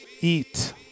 eat